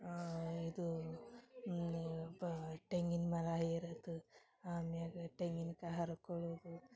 ಇದು ಏನಪ್ಪ ತೆಂಗಿನ್ ಮರ ಏರೋದು ಅಮ್ಯಾಗ ತೆಂಗಿನ ಕಾಯಿ ಹರ್ಕೊಳೋದು